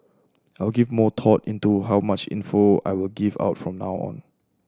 I will give more thought into how much info I will give out from now on